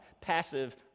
Passive